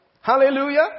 Hallelujah